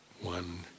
one